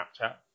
Snapchat